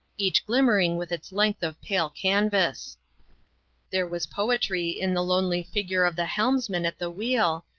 each glimmer ing with its length of pale canvas there was poetry in the lonely figure of the helmsman at the wheel,